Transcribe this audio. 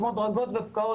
כמו דרגות ובקעות,